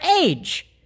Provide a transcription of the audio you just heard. age